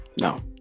No